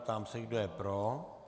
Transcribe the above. Ptám se, kdo je pro.